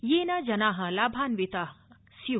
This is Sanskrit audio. येन जना लाभान्विता स्यु